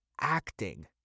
acting